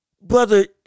brother